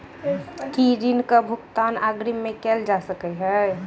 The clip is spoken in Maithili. की ऋण कऽ भुगतान अग्रिम मे कैल जा सकै हय?